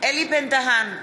אלי בן-דהן,